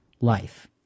life